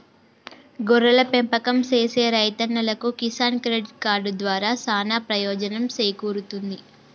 గొర్రెల పెంపకం సేసే రైతన్నలకు కిసాన్ క్రెడిట్ కార్డు దారా సానా పెయోజనం సేకూరుతుంది